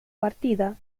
partida